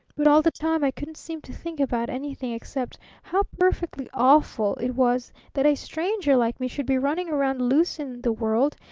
but all the time i couldn't seem to think about anything except how perfectly awful it was that a stranger like me should be running round loose in the world,